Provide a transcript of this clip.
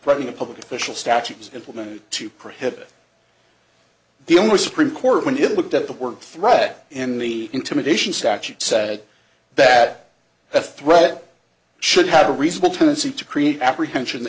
probably a public official statute is implemented to prohibit the owner supreme court when it looked at the work threat and the intimidation statute said that the threat should have a reasonable tendency to create apprehension